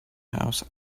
house